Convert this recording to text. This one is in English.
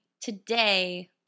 today